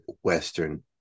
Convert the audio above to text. Western